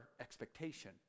expectation